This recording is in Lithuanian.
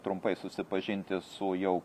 trumpai susipažinti su jau